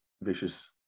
vicious